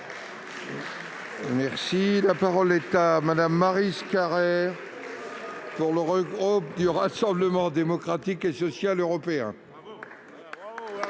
! La parole est à Mme Maryse Carrère, pour le groupe du Rassemblement Démocratique et Social Européen.